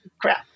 crap